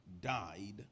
died